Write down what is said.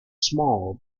small